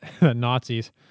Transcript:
Nazis